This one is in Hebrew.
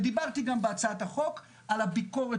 ודיברתי גם בהצעת החוק על הביקורת